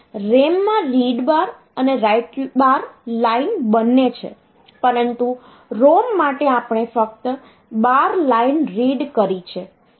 RAM માં read bar અને write bar line બંને છે પરંતુ ROM માટે આપણે ફક્ત બાર લાઈન રીડ કરી છે